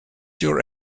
your